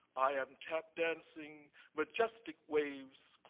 i am tapdancing majestic waves,